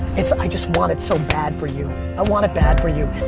it's, i just want it so bad for you. i want it bad for you.